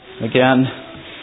Again